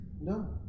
No